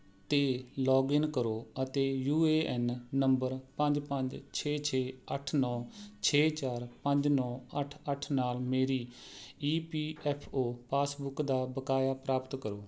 'ਤੇ ਲੌਗਇਨ ਕਰੋ ਅਤੇ ਯੂ ਏ ਐੱਨ ਨੰਬਰ ਪੰਜ ਪੰਜ ਛੇ ਛੇ ਅੱਠ ਨੌਂ ਛੇ ਚਾਰ ਪੰਜ ਨੌਂ ਅੱਠ ਅੱਠ ਨਾਲ ਮੇਰੀ E P F O passbook ਦਾ ਬਕਾਇਆ ਪ੍ਰਾਪਤ ਕਰੋ